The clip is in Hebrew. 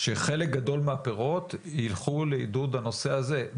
שחלק גדול מהפירות ילכו לעידוד הנושא הזה,